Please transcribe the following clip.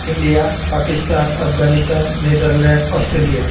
India Pakistan Afghanistan Netherlands Australia